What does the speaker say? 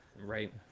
Right